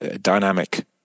dynamic